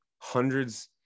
hundreds